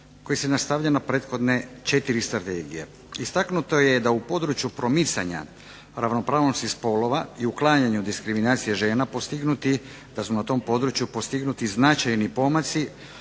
koji se nastavlja na prethodne četiri strategije. Istaknuto je da su u području promicanja ravnopravnosti spolova i uklanjanju diskriminacije žena postignuti značajni pomaci